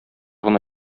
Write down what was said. гына